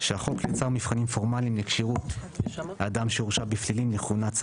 שהחוק יצר מבחנים פורמליים לכשירות אדם שהורשע בפלילים לכהונת שר